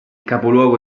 capoluogo